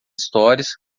histórias